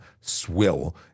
swill